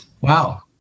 wow